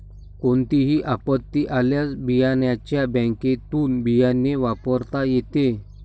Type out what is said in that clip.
कोणतीही आपत्ती आल्यास बियाण्याच्या बँकेतुन बियाणे वापरता येते